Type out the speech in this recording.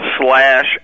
slash